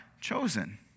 chosen